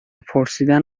پرسیدن